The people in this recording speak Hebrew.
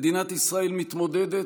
מדינת ישראל מתמודדת,